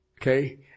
Okay